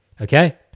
Okay